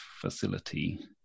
facility